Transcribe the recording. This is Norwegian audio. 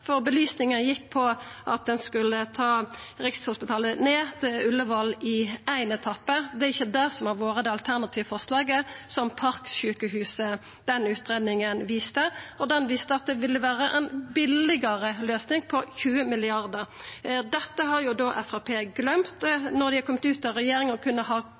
for belysninga gjekk ut på at ein skulle ta Rikshospitalet ned til Ullevål i ein etappe. Det er ikkje det som har vore det alternative forslaget som utgreiinga om Parksjukehuset viste til, og den utgreiinga viste at det ville vera ei billegare løysing, 20 mrd. kr. Dette har da Framstegspartiet gløymt. Når dei har kome ut av regjering, og kunne ha